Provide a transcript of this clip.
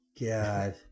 God